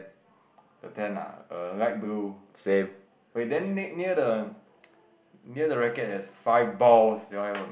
same